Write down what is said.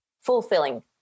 fulfilling